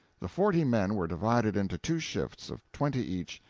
the forty men were divided into two shifts of twenty each,